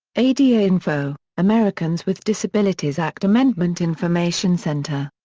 ada info americans with disabilities act amendment information center.